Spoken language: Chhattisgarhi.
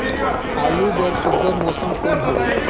आलू बर सुघ्घर मौसम कौन हवे?